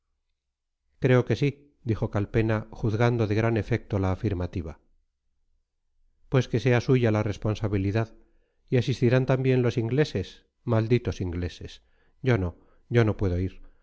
creo que sí dijo calpena juzgando de gran efecto la afirmativa pues que sea suya la responsabilidad y asistirán también los ingleses malditos ingleses yo no yo no puedo ir